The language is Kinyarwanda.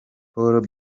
paul